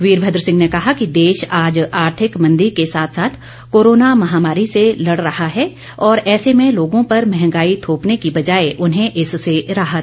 वीरभद्र सिंह ने कहा कि देश आज आर्थिक मंदी के साथ साथ कोरोना महामारी से लड़ रहा है और ऐसे में लोगों पर महंगाई थोपने की बजाय उन्हें इससे राहत दी जानी चाहिए